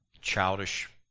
Childish